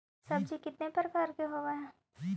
सब्जी कितने प्रकार के होते है?